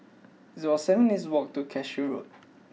it's about seven minutes' walk to Cashew Road